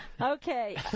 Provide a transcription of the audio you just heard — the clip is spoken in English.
okay